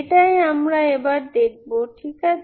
এটাই আমরা এবার দেখব ঠিক আছে